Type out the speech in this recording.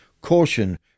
Caution